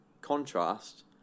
contrast